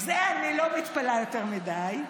על זה אני לא מתפלאת יותר מדי.